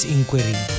Inquiry